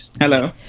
hello